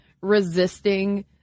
resisting